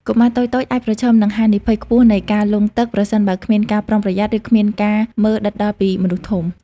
កុមារតូចៗអាចប្រឈមនឹងហានិភ័យខ្ពស់នៃការលង់ទឹក ប្រសិនបើគ្មានការប្រុងប្រយ័ត្ន ឬគ្មានការមើលដិតដល់ពីមនុស្សធំ។